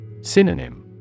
Synonym